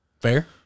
Fair